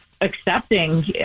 Accepting